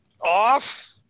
off